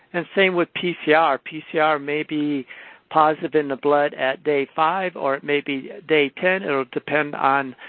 and same with pcr. pcr may be positive in the blood at day five or it may be day ten. it'll depend on